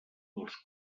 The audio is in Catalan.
dels